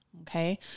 okay